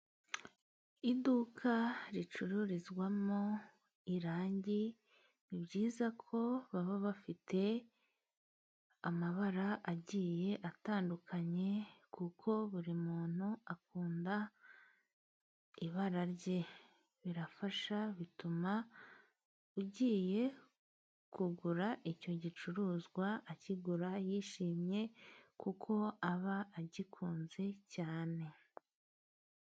Iduka ricururizwamo irangi ni byiza ko baba bafite amabara agiye atandukanye kuko buri muntu akunda ibara rye. Birafasha bituma ugiye kugura icyo gicuruzwa akigura yishimye kuko aba agikunze cyane.